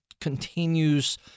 continues